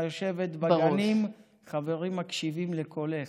"היושבת בגנים חברים מקשיבים לקולך".